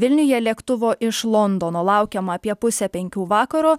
vilniuje lėktuvo iš londono laukiama apie pusę penkių vakaro